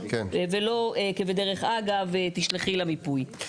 ולא כבדרך אגב תשלחי למיפוי.